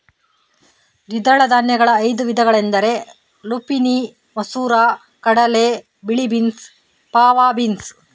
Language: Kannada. ದ್ವಿದಳ ಧಾನ್ಯಗಳ ಐದು ವಿಧಗಳೆಂದರೆ ಲುಪಿನಿ ಮಸೂರ ಕಡಲೆ, ಬಿಳಿ ಬೀನ್ಸ್, ಫಾವಾ ಬೀನ್ಸ್